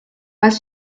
pas